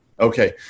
Okay